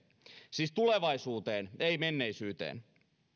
siis tulevaisuuteen ei menneisyyteen